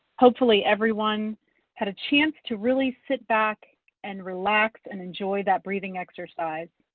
hopefully everyone had a chance to really sit back and relax and enjoy that breathing exercise.